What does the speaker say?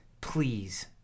please